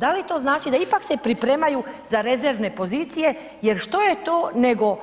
Da li to znači da se ipak pripremaju za rezervne pozicije jer što je to nego